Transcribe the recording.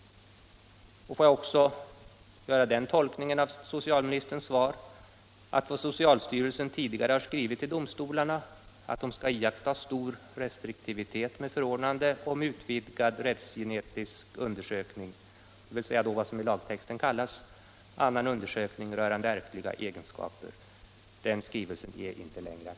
Får jag också göra den tolkningen av socialministerns svar att vad socialstyrelsen tidigare har skrivit till domstolarna — att de skall iaktta stor restriktivitet med förordnande av utvidgad rättsgenetisk undersökning, dvs. vad som i lagtexten kallas ”annan undersökning rörande ärftliga egenskaper” — inte längre är aktuellt?